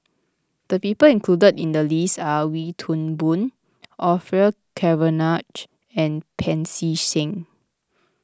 the people included in the list are Wee Toon Boon Orfeur Cavenagh and Pancy Seng